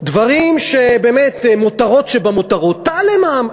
דברים שהם באמת מותרות שבמותרות, תעלה מע"מ.